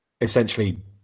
essentially